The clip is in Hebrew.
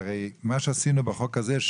שעשינו בחוק הזה,